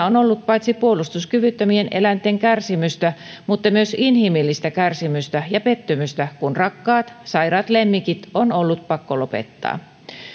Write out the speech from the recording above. on ollut paitsi puolustuskyvyttömien eläinten kärsimystä mutta myös inhimillistä kärsimystä ja pettymystä kun rakkaat sairaat lemmikit on ollut pakko lopettaa